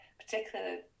particularly